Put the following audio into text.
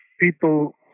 people